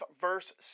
verse